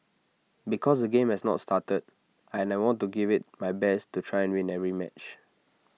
because the game has not started and I want to give IT my best to try win every match